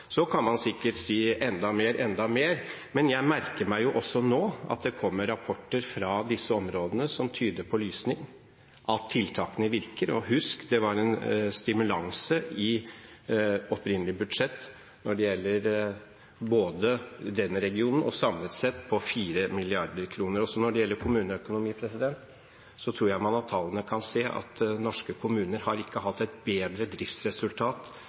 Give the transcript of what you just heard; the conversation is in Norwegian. Så kan man sikkert si «enda mer, enda mer», men jeg merker meg nå at det kommer rapporter fra disse områdene som tyder på lysning, at tiltakene virker. Og husk, det var en stimulanse i opprinnelig budsjett når det gjelder både den regionen og samlet sett, på 4 mrd. kr. Når det gjelder kommuneøkonomi, tror jeg man av tallene kan se at norske kommuner ikke har hatt et bedre driftsresultat